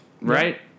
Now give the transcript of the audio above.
right